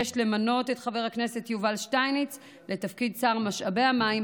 6. למנות את חבר הכנסת יובל שטייניץ לתפקיד שר משאבי המים,